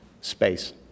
space